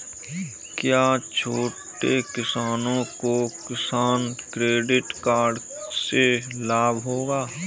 क्या छोटे किसानों को किसान क्रेडिट कार्ड से लाभ होगा?